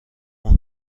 اون